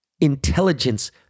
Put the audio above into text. intelligence